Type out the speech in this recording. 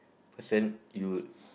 person you would